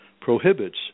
prohibits